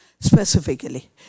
specifically